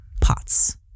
pots